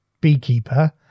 beekeeper